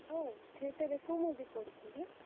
ହଁ ଥିଏଟର୍ରେ କୋଉ ମୁଭି ପଡ଼ିଛି କି